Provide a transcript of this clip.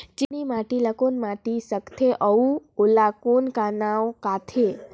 चिकनी माटी ला कौन माटी सकथे अउ ओला कौन का नाव काथे?